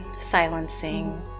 silencing